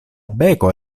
beko